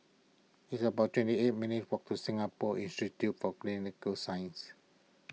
it's about twenty eight minutes' walk to Singapore Institute for Clinical Sciences